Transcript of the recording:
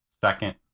second